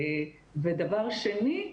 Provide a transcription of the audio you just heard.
דבר שני,